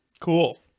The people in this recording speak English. Cool